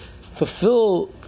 fulfill